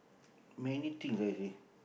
many things really